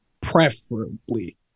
preferably